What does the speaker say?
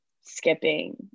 skipping